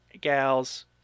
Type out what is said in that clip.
gals